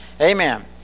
Amen